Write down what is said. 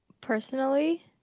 Personally